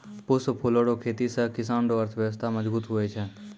पुष्प फूलो रो खेती से किसान रो अर्थव्यबस्था मजगुत हुवै छै